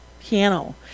piano